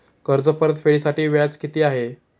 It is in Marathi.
कर्ज परतफेडीसाठी व्याज किती आहे?